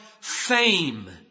fame